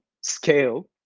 scale